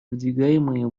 выдвигаемые